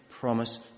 promise